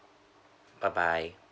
bye bye